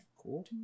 Cool